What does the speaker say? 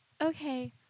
Okay